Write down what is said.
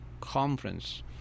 conference